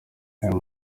uyu